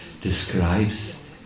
describes